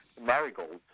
marigolds